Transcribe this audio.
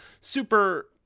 super